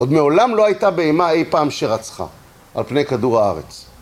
עוד מעולם לא הייתה בהמה אי פעם שרצחה על פני כדור הארץ.